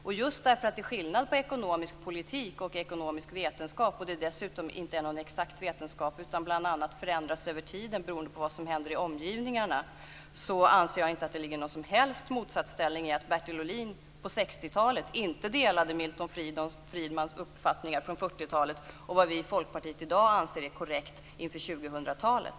Och just därför att det är skillnad på ekonomisk politik och ekonomisk vetenskap och att det dessutom inte är någon exakt vetenskap utan bl.a. förändras över tiden beroende på vad som händer i omgivningarna, anser jag inte att det finns någon som helst motsatsställning i att Bertil Ohlin på 60-talet inte delade Milton Friedmans uppfattningar från 40-talet och vad vi i Folkpartiet i dag anser är korrekt inför 2000-talet.